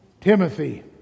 Timothy